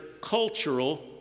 cultural